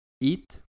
eat